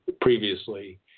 previously